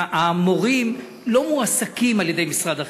המורים לא מועסקים על-ידי משרד החינוך.